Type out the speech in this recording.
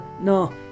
No